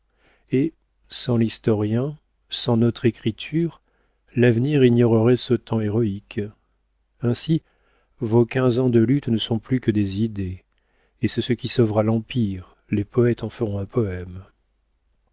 et sans l'historien sans notre écriture l'avenir ignorerait ce temps héroïque ainsi vos quinze ans de luttes ne sont plus que des idées et c'est ce qui sauvera l'empire les poëtes en feront un poëme